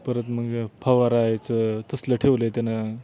परत मग फवारायचं तसलं ठेवलं आहे त्यानं